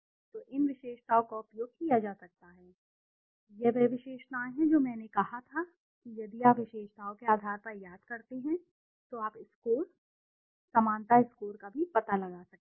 तो इन विशेषताओं का उपयोग किया जा सकता है यह वह विशेषताएं हैं जो मैंने कहा था कि यदि आप विशेषताओं के आधार पर याद करते हैं तो आप स्कोर समानता स्कोर का भी पता लगा सकते हैं